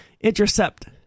intercept